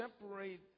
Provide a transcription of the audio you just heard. separate